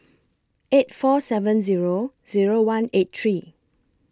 eight four seven Zero Zero one eight three